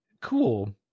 Cool